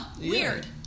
Weird